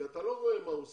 אתה לא רואה מה הוא עושה.